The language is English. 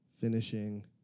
finishing